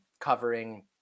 covering